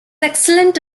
excellent